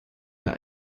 der